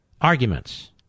Arguments